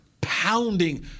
pounding